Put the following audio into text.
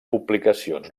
publicacions